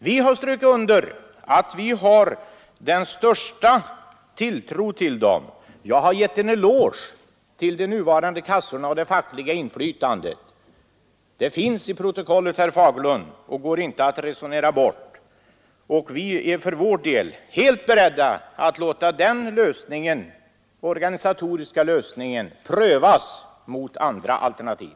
Vi har strukit under att vi har den största tilltro till dem. Jag har givit en eloge till de nuvarande kassorna och det fackliga inflytandet. Det finns i protokollet, herr Fagerlund, och går inte att resonera bort. Vi är helt beredda att låta den organisatoriska lösningen prövas mot andra alternativ.